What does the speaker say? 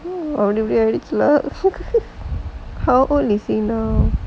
how old is he